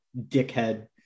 dickhead